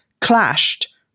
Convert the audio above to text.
clashed